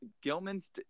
Gilman's